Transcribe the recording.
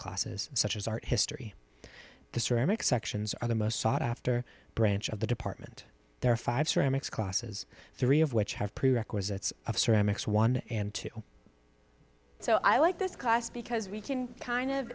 classes such as art history the ceramics sections are the most sought after branch of the department there are five ceramics classes three of which have prerequisites of ceramics one and two so i like this class because we can kind of